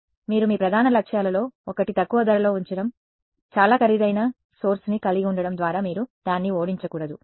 కాబట్టి మీరు మీ ప్రధాన లక్ష్యాలలో ఒకటి తక్కువ ధరలో ఉంచడం చాలా ఖరీదైన సోర్స్ ని కలిగి ఉండటం ద్వారా మీరు దానిని ఓడించకూడదు